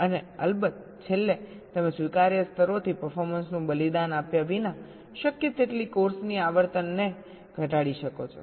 અને અલબત્ત છેલ્લે તમે સ્વીકાર્ય સ્તરોથી પરફોર્મન્સનું બલિદાન આપ્યા વિના શક્ય તેટલી કોર્સની આવર્તન ઘટાડી શકો છો